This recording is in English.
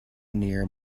near